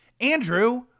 Andrew